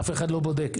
אף אחד לא בודק.